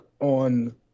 on